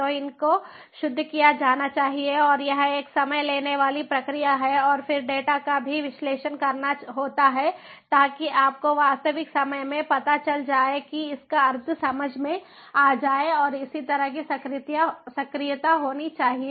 तो इनको शुद्ध किया जाना चाहिए और यह एक समय लेने वाली प्रक्रिया है और फिर डेटा का भी विश्लेषण करना होता है ताकि आपको वास्तविक समय में पता चल जाए कि इसका अर्थ समझ में आ जाए और इसी तरह की सक्रियता होनी चाहिए